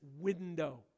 window